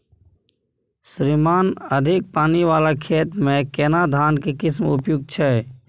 श्रीमान अधिक पानी वाला खेत में केना धान के किस्म उपयुक्त छैय?